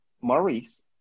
Maurice